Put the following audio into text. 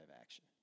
action